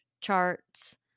charts